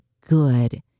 good